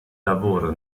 lavoro